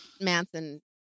Manson